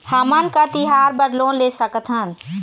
हमन का तिहार बर लोन ले सकथन?